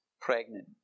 pregnant